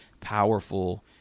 powerful